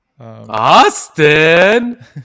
Austin